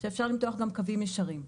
שאפשר למתוח גם קווים ישרים.